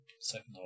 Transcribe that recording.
Second